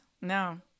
No